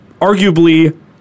arguably